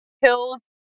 hills